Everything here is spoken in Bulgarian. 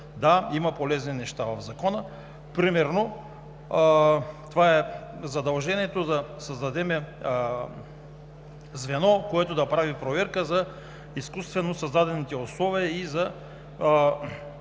Да, има полезни неща в Закона. Примерно такова е задължението да създадем звено, което да прави проверка за изкуствено създадените условия и за